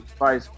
faz